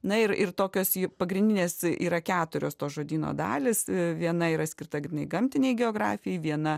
na ir ir tokios pagrindinės yra keturios to žodyno dalys viena yra skirta grynai gamtinei geografijai viena